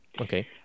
Okay